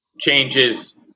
changes